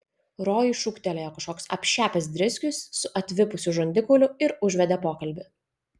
rojui šūktelėjo kažkoks apšepęs driskius su atvipusiu žandikauliu ir užvedė pokalbį